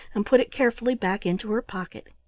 and put it carefully back into her pocket.